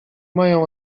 mają